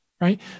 right